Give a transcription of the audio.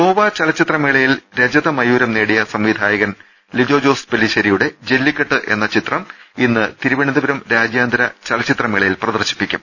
ഗോവ ചലച്ചിത്ര മേളയിൽ രജതമയൂരം നേടിയ സംവിധായകൻ ലിജോജോസ് പെല്ലിശ്ശേരിയുടെ ജെല്ലിക്കെട്ട് ഇന്ന് തിരുവനന്തപുരം രാജ്യാന്തര ചലച്ചിത്രമേളയിൽ പ്രദർശിപ്പിക്കും